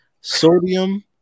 Sodium